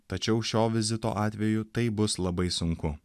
tačiau šio vizito atveju taip bus labai sunku